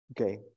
Okay